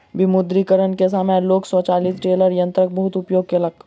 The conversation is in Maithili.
विमुद्रीकरण के समय लोक स्वचालित टेलर यंत्रक बहुत उपयोग केलक